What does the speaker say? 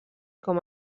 com